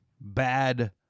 bad